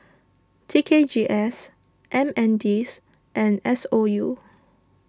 T K G S MNDS and S O U